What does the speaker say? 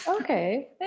Okay